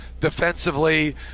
defensively